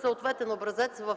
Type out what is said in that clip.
съответен образец в